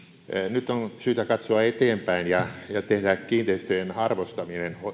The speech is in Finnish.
nyt on syytä katsoa eteenpäin ja ja tehdä kiinteistöjen arvostaminen